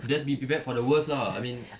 just be prepared for the worst lah I mean